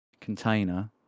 container